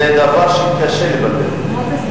זה דבר שקשה לבלבל.